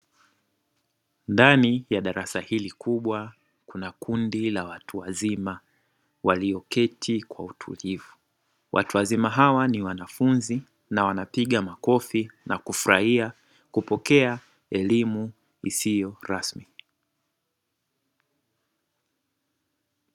Ndani ya darasa hili kubwa kuna kundi la watu wazima walioketi kwa utulivu, watu wazima hawa ni wanafunzi na wanapiga makofi kufurahia kupokea elimu isiyo rasmi.